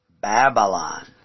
Babylon